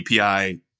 api